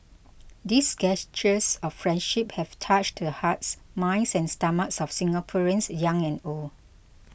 these gestures of friendship have touched the hearts minds and stomachs of Singaporeans young and old